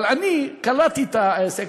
אבל אני קלטתי את העסק,